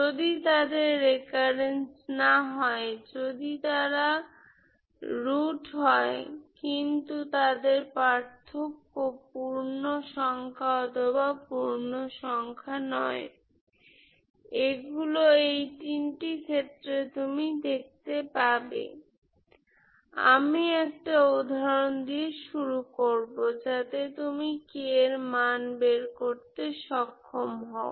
যদি তাদের পুনরাবৃত্তি না হয় যদি তারা রুট হয় কিন্তু তাদের পার্থক্য পূর্ণ সংখ্যা অথবা পূর্ণ সংখ্যা নয় এগুলো এই তিনটি ক্ষেত্রে তুমি দেখতে পাবে আমি একটি উদাহরণ দিয়ে শুরু করবো যাতে তুমি k এর মান বের করতে সক্ষম হও